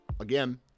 again